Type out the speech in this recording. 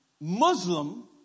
Muslim